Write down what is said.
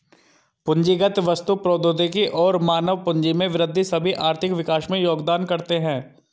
पूंजीगत वस्तु, प्रौद्योगिकी और मानव पूंजी में वृद्धि सभी आर्थिक विकास में योगदान करते है